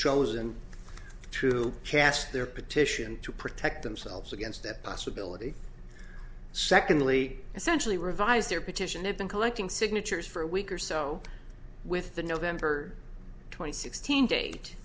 chosen to cast their petition to protect themselves against that possibility secondly essentially revise their petition have been collecting signatures for a week or so with the november twenty sixth team date